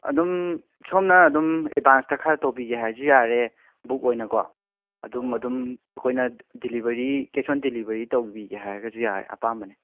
ꯑꯗꯨꯝ ꯁꯣꯝꯅ ꯑꯗꯨꯝ ꯑꯦꯠꯕꯥꯟꯁꯇ ꯍꯔ ꯇꯧꯕꯤꯒꯦ ꯍꯥꯏꯁꯨ ꯌꯥꯔꯦ ꯕꯨꯛ ꯑꯣꯏꯅꯀꯣ ꯑꯗꯨꯝ ꯑꯗꯨꯝ ꯑꯩꯈꯣꯏꯅ ꯗꯤꯂꯤꯕꯔꯤ ꯀꯦꯁ ꯑꯣꯟ ꯗꯤꯂꯤꯕꯔꯤ ꯇꯧꯕꯤꯒꯦ ꯍꯥꯏꯔꯒꯁꯨ ꯌꯥꯔꯦ ꯑꯄꯥꯝꯕꯅꯤ